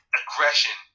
aggression